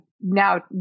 now